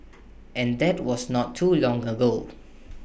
and that was not too long ago